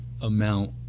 amount